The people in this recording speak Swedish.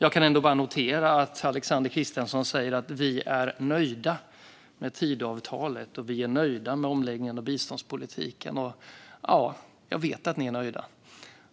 Jag kan notera att Alexander Christiansson säger: Vi är nöjda med Tidöavtalet och med omläggningen av biståndspolitiken. Ja, jag vet att ni är nöjda.